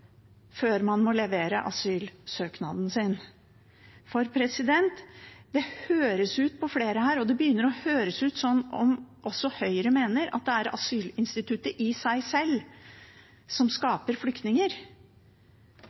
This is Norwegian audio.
før man må levere asylsøknaden sin. For det høres ut på flere her – og det begynner å høres ut som om også Høyre mener det – som om det er asylinstituttet i seg sjøl som skaper flyktninger.